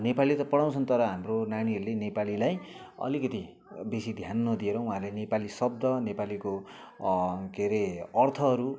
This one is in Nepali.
नेपाली त पढाउँछन् तर हाम्रो नानीहरूले नेपालीलाई अलिकति बेसी ध्यान नदिएर उहाँहरूले नेपाली शब्द नेपालीको के रे अर्थहरू